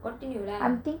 what do you like